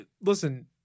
listen